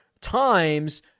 times